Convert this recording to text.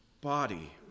body